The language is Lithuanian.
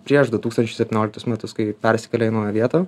prieš du tūkstančiai septynioliktus metus kai persikėlė į naują vietą